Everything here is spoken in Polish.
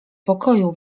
pokoju